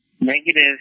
negative